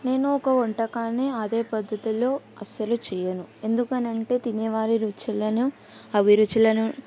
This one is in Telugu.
నేను ఒక వంటకాన్ని అదే పద్ధతిలో అస్సలు చెయ్యను ఎందుకని అంటే తినేవారి రుచులను అభిరుచులను